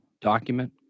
document